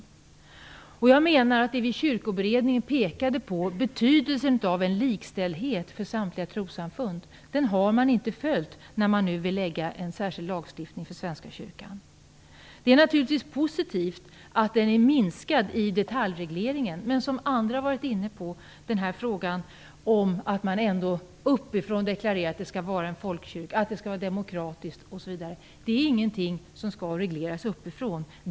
Jag menar att regeringen inte har följt det vi i Kyrkoberedningen pekade på, nämligen betydelsen av en likställdhet för samtliga trossamfund, när den nu lägger fram förslag om en särskild lagstiftning för Svenska kyrkan. Den är naturligtvis positivt att den har en minskad detaljreglering. Men det handlar ändå om, som andra talare har varit inne på, att man uppifrån deklarerar att det skall vara en folkkyrka, demokratiskt, osv. Det är ingenting som skall regleras uppifrån.